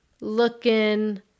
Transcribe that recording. looking